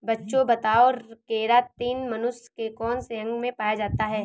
बच्चों बताओ केरातिन मनुष्य के कौन से अंग में पाया जाता है?